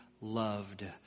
loved